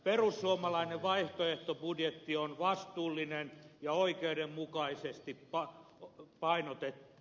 perussuomalainen vaihtoehtobudjetti on vastuullinen ja oikeudenmukaisesti painotettu